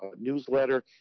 newsletter